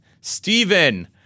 Stephen